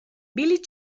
billy